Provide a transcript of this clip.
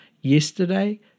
yesterday